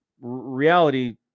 reality